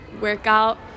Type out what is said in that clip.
workout